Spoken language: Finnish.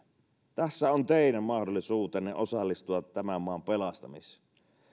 tässä on teidän mahdollisuutenne osallistua tämän maan pelastamiseen